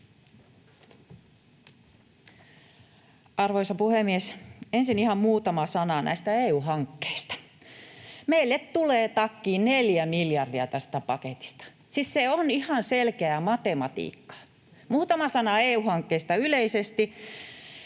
Arvoisa puhemies! Ensin ihan muutama sana näistä EU-hankkeista: Meille tulee takkiin 4 miljardia tästä paketista. Siis se on ihan selkeää matematiikkaa. Muutama sana EU-hankkeista yleisesti: